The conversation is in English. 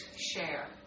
share